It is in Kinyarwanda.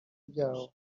byawo